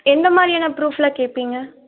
எந்தமாதிரியான ப்ரூஃபெல்லாம் கேட்பீங்க